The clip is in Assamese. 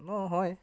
নহয়